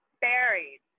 buried